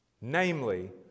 Namely